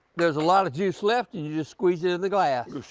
there's a lot of juice left and you just squeeze it in the glass.